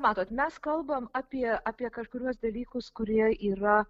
matot mes kalbam apie apie kažkuriuos dalykus kurie yra